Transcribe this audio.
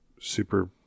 super